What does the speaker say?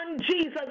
Jesus